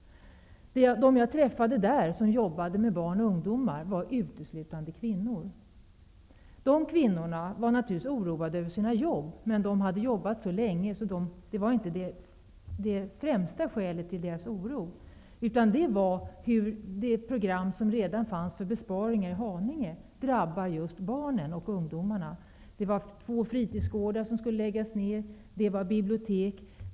De jag träffade där som jobbade med barn och ungdomar var uteslutande kvinnor. De kvinnorna var naturligtvis oroade över sina jobb. Men de hade jobbat så länge att det inte var det främsta skälet till deras oro. Det var hur det program som redan fanns för besparing i Haninge drabbar just barnen och ungdomarna. Det var två fritidsgårdar som skulle läggas ned. Det var bibliotek som skulle stängas.